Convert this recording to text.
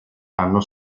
anno